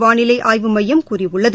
வானிலை ஆய்வு மையம் கூறியுள்ளது